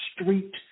Street